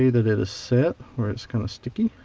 that it is set or it's kind of sticky.